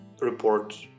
report